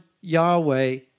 Yahweh